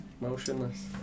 Motionless